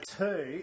two